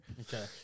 Okay